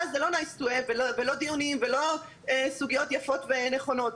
ואז זה לא דיונים ולא סוגיות יפות ונכונות.